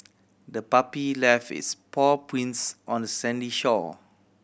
the puppy left its paw prints on the sandy shore